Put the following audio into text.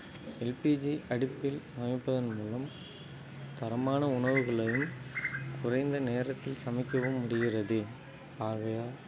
LPG அடுப்பில் சமைப்பதின் மூலம் தரமான உணவுகளையும் குறைந்த நேரத்தில் சமைக்கவும் முடிகிறது ஆகையால்